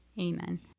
Amen